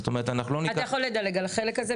אתה יכול לדלג על החלק הזה.